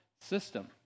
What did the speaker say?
system